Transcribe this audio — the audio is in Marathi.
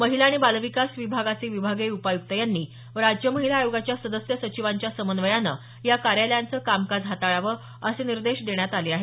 महिला आणि बालविकास विभागाचे विभागीय उपायुक्त यांनी राज्य महिला आयोगाच्या सदस्य सचिवांच्या समन्वयानं या कार्यालयांचं कामकाज हाताळावं असे निर्देश देण्यात आले आहेत